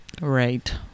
right